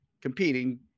competing